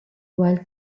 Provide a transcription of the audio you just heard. wild